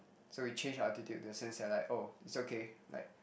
so we change our attitude in a sense like oh it's okay like